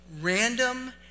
random